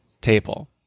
table